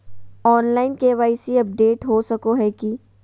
Online KYC update हो सको है की?